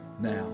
now